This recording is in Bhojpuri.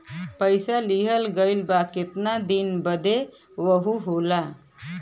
पइसा लिहल गइल बा केतना दिन बदे वहू होला